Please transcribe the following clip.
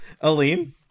aline